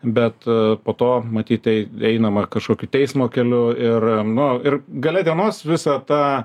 bet po to matyt ei einama kažkokiu teismo keliu ir nu ir gale dienos visą tą